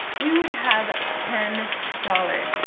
we would have ten dollars.